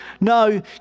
No